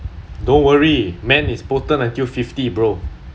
don't worry man is potent until fifty bro